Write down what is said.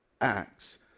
Acts